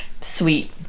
sweet